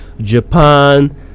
Japan